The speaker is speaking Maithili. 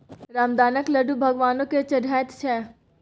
रामदानाक लड्डू भगवानो केँ चढ़ैत छै